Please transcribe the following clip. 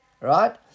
Right